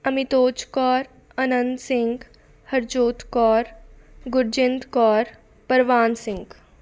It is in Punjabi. ਅਮਿਤੋਜ ਕੌਰ ਅਨੰਦ ਸਿੰਘ ਹਰਜੋਤ ਕੌਰ ਗੁਰਜਿੰਦ ਕੌਰ ਪਰਵਾਨ ਸਿੰਘ